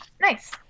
Nice